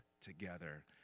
together